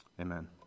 Amen